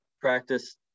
practice